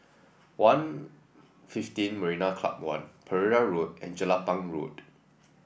One Fifteen Marina Club One Pereira Road and Jelapang Road